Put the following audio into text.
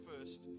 first